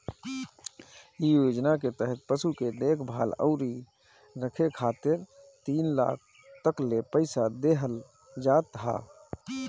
इ योजना के तहत पशु के देखभाल अउरी रखे खातिर तीन लाख तकले पईसा देहल जात ह